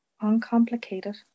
uncomplicated